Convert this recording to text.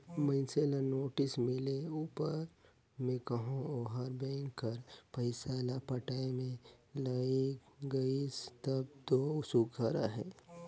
मइनसे ल नोटिस मिले उपर में कहो ओहर बेंक कर पइसा ल पटाए में लइग गइस तब दो सुग्घर अहे